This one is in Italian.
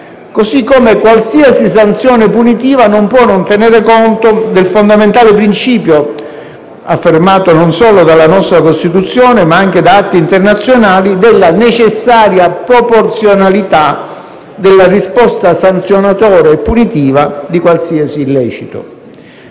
Così come qualsiasi sanzione punitiva non può non tenere conto del fondamentale principio, affermato non solo dalla nostra Costituzione ma anche da atti internazionali, della necessaria proporzionalità della risposta sanzionatoria e punitiva di qualsiasi illecito.